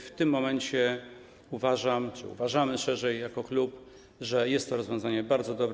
W tym momencie uważam, uważamy - szerzej, jako klub - że jest to rozwiązanie bardzo dobre.